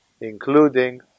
including